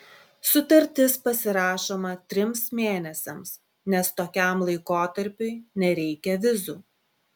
sutartis pasirašoma trims mėnesiams nes tokiam laikotarpiui nereikia vizų